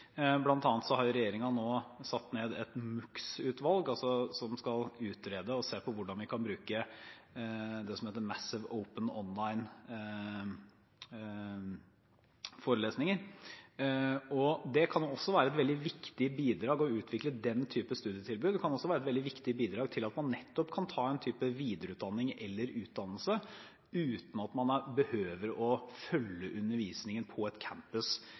har regjeringen satt ned MOOC-utvalget, som skal utrede hvordan vi kan bruke det som heter Massive Open Online-forelesninger. Det kan være et veldig viktig bidrag å utvikle denne type studietilbud. Det kan også være et veldig viktig bidrag til at man nettopp kan ta en type videreutdanning eller utdannelse uten at man hele tiden behøver å følge undervisningen på en campus.